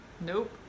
Nope